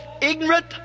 ignorant